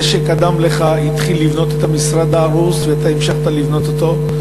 זה שקדם לך התחיל לבנות את המשרד ההרוס ואתה המשכת לבנות אותו.